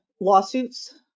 lawsuits